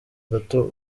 gato